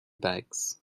bags